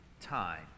Time